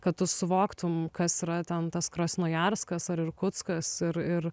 kad tu suvoktum kas yra ten tas krasnojarskas ar irkutskas ir ir